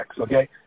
okay